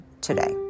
today